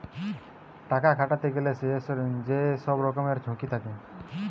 টাকা খাটাতে গেলে যে সব রকমের ঝুঁকি থাকে